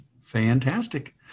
Fantastic